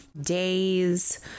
days